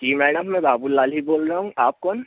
जी madam मैं बाबूलाल ही बोल रहा हूँ आप कौन